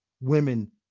women